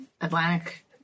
Atlantic